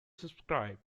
subscribe